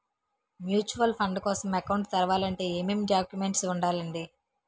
Mutual fund కోసం account తెరవాలంటే ఏమేం డాక్యుమెంట్లు ఉండాలండీ?